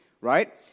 right